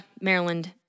Maryland